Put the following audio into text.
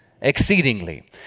exceedingly